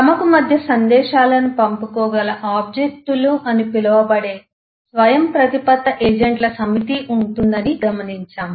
తమకు మధ్య సందేశాలను పంపుకోగల ఆబ్జెక్ట్ లు అని పిలువబడే స్వయంప్రతిపత్త ఏజెంట్ల సమితి ఉంటుందని గమనించాము